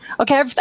Okay